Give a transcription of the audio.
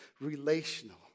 relational